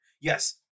yes